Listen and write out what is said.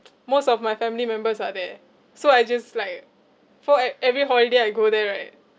most of my family members are there so I just like for e~ every holiday I go there right